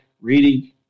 reading